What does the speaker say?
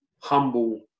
humble